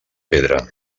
pedra